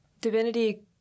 Divinity